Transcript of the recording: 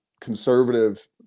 conservative